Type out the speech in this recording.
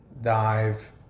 dive